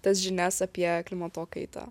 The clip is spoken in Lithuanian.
tas žinias apie klimato kaitą